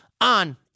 on